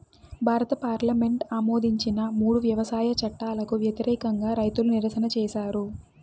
భారత పార్లమెంటు ఆమోదించిన మూడు వ్యవసాయ చట్టాలకు వ్యతిరేకంగా రైతులు నిరసన చేసారు